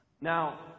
Now